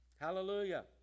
Hallelujah